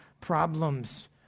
problems